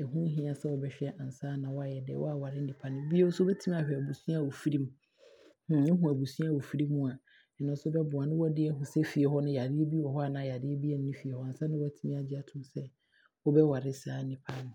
ɛho hia sɛ wobɛhwɛ ansa na waayɛ den, waaware nipa no. Bio, wobɛtumi aahwɛ abusua a ɔfiri mu, wo hu abusua a ɔfiri mu a, ɛno nso bɛboa, na waahwɛ sɛ fie hɔ nom yareɛ bi wɔ hɔ anaa yareɛ biaa nni fie hɔ ansa na waatumi aagye aatom sɛ wɔbɛware nipa no.